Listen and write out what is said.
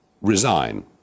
resign